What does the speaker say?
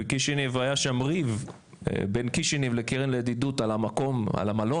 בקישינב היה שם ריב בין קישינב לקרן לידידות על המלון,